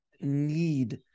need